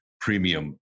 premium